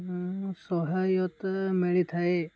ମୁଁ ସହାୟତା ମିଳିଥାଏ